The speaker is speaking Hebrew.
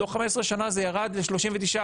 תוך 15 שנה זה ירד ל-39%.